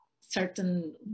certain